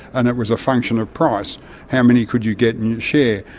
and it was a function of price how many could you get in your share?